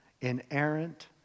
inerrant